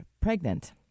pregnant